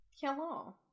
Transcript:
hello